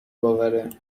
باوره